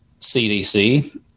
CDC